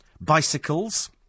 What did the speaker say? Bicycles